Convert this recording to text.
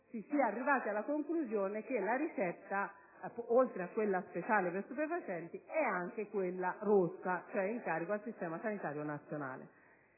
si sia arrivati alla conclusione che la ricetta, oltre a quella speciale per stupefacenti, è anche quella rossa, cioè quella in carico al Servizio sanitario nazionale.